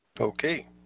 okay